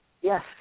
Yes